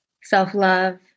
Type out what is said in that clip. self-love